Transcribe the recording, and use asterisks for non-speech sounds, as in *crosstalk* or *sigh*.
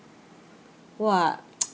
!wah! *noise*